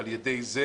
על ידי זה